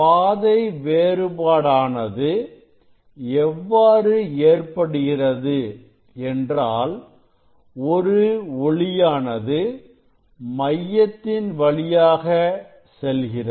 பாதை வேறுபாடானது எவ்வாறு ஏற்படுகிறது என்றால் ஒரு ஒளியானது மையத்தின் வழியாக செல்கிறது